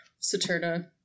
Saturna